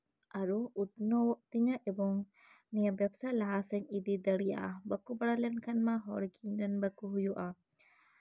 ᱟᱨᱚ ᱩᱛᱱᱟᱹᱣ ᱚᱜ ᱛᱤᱧᱟᱹ ᱟᱨᱚ ᱱᱤᱭᱟᱹ ᱵᱮᱵᱥᱟ ᱞᱟᱦᱟ ᱥᱮᱫ ᱤᱫᱤ ᱫᱟᱲᱮᱭᱟᱜᱼᱟ ᱵᱟᱠᱚ ᱵᱟᱲᱟᱭ ᱞᱮᱠᱷᱟᱡ ᱢᱟ ᱦᱚᱲᱜᱮ ᱤᱧᱨᱮᱱ ᱵᱟᱠᱚ ᱦᱩᱭᱩᱜᱼᱟ